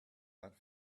that